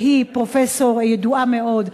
שהיא פרופסור ידועה מאוד,